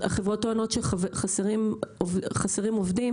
החברות טוענות שחסרים עובדים.